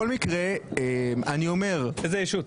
איזה ישות?